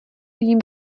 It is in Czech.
jim